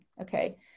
Okay